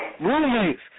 Roommates